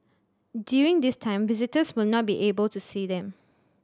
during this time visitors will not be able to see them